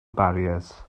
barriers